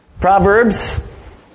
Proverbs